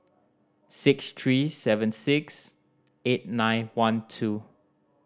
six three seven six eight nine one two